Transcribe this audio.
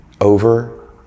over